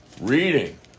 reading